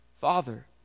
Father